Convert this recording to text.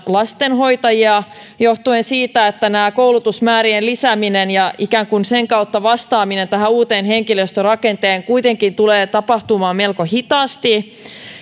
lastenhoitajia johtuen siitä että koulutusmäärien lisääminen ja ikään kuin sen kautta vastaaminen tähän uuteen henkilöstörakenteeseen kuitenkin tulee tapahtumaan melko hitaasti